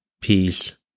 Peace